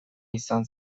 izan